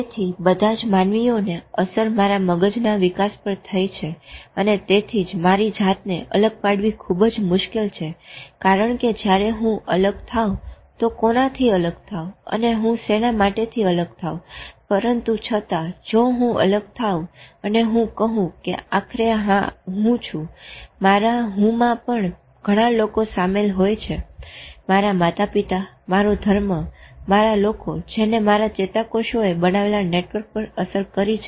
તેથી બધા જ માનવીઓની અસર મારા મગજના વિકાસ પર થઇ છે અને તેથી જ મારી જાતને અલગ પાડવી ખુબ જ મુશ્કેલ છે કારણ કે જયારે હું અલગ થાવ તો કોનાથી અલગ થાવ અને હું સેના માટેથી અલગ થાવ પરંતુ છતાં જો હું અલગ થાવ અને હું કહું કે આખરે આ હું છું મારા હું માં પણ ઘણા લોકો સામેલ હોય છે મારા માતાપિતા મારો ધર્મ મારા લોકો જેને મારા ચેતાકોષોએ બનાવેલા નેટવર્ક પર અસર કરી છે